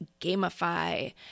gamify